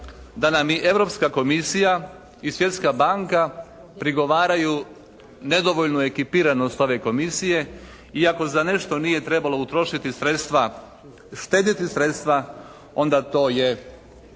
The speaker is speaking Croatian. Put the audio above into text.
da nam ni Europska komisija i Svjetska banka prigovaraju nedovoljnu ekipiranost ove Komisije iako za nešto nije treba utrošiti sredstva, štedjeti sredstva onda to je